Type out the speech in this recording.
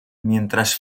mientras